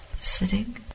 sitting